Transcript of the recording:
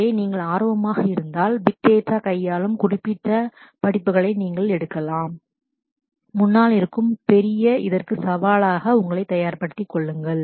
எனவே நீங்கள் ஆர்வமாக இருந்தால் பிக் டேட்டா data கையாளும் குறிப்பிட்ட படிப்புகளை நீங்கள் எடுக்கலாம் முன்னால் இருக்கும் பெரிய இதற்கு சவாலுக்கு உங்களை தயார்படுத்துங்கள்